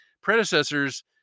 predecessors